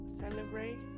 celebrate